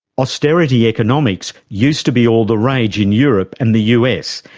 austerity economics used to be all the rage in europe and the us,